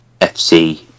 fc